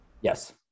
Yes